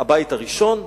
הבית הראשון,